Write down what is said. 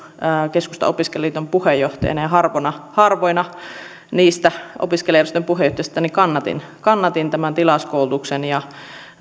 keskustan opiskelijaliiton puheenjohtajana ja harvoina harvoina niistä opiskelijajärjestöjen puheenjohtajista kannatin kannatin tämän tilauskoulutuksen ja